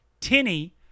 tinny